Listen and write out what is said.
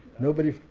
nobody